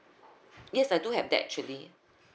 yes I do have that actually